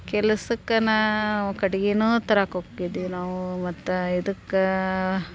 ಕೆಲಸಕ್ಕೆ ನಾವು ಕಟ್ಗೆನೂ ತರಕ್ಕ ಹೋಕ್ಕಿದ್ವಿ ನಾವು ಮತ್ತು ಇದಕ್ಕೆ